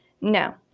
no